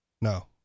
No